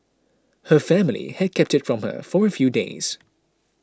her family had kept it from her for a few days